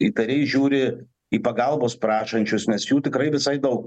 įtariai žiūri į pagalbos prašančius nes jų tikrai visai daug